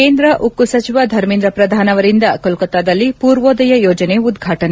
ಕೇಂದ್ರ ಉಕ್ಕು ಸಚಿವ ಧರ್ಮೇಂದ್ರ ಪ್ರಧಾನ್ ಅವರಿಂದ ಕೋಲ್ಕೋತ್ತಾದಲ್ಲಿ ಪೂರ್ವೋದಯ ಯೋಜನೆ ಉದ್ಘಾಟನೆ